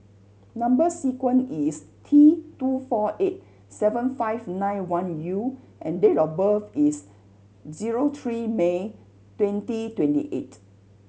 number sequence is T two four eight seven five nine one U and date of birth is zero three May twenty twenty eight